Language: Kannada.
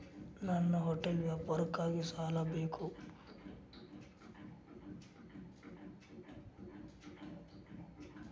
ನನ್ನ ಹೋಟೆಲ್ ವ್ಯಾಪಾರಕ್ಕಾಗಿ ಸಾಲ ಬೇಕು